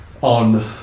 on